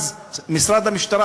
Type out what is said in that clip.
אז משרד המשטרה,